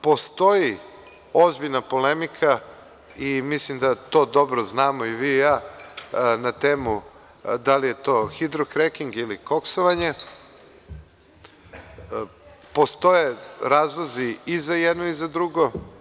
Postoji ozbiljna polemika i mislim da to dobro znamo i vi i ja na temu da li je to hidrokreking ili koksovanje, postoje razlozi i za jedno i za drugo.